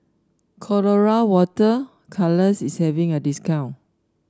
Colora Water Colours is having a discount